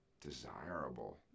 desirable